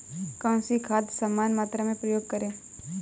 कौन सी खाद समान मात्रा में प्रयोग करें?